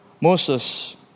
Moses